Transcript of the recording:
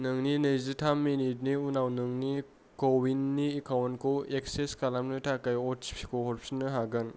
नोंनि नैजिथाम मिनिटनि उनाव नोंनि क'विननि एकाउन्टखौ एक्सेस खालामनो थाखाय अ टि पि खौ हरफिननो हागोन